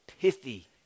pithy